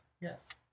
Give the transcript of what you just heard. Yes